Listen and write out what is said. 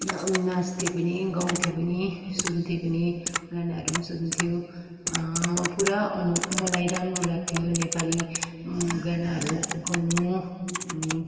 नाच्थेँ पनि गाउँथेँ पनि सुन्थेँ पनि गानाहरू पनि सुन्थेँ पुरा अनु मलाई राम्रो लाग्थ्यो नेपाली गानाहरू गाउनु